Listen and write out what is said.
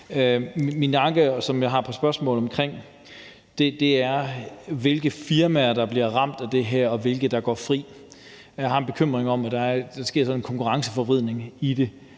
Min anke og det, jeg har et par spørgsmål omkring, er, hvilke firmaer der bliver ramt af det her, og hvilke der går fri. Jeg har en bekymring om, at der sker sådan en konkurrenceforvridning i det,